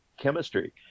chemistry